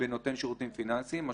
שירותי אשראי כי אז הוא מתפקד בכובע של